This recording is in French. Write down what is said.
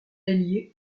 ailier